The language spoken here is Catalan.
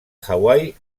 hawaii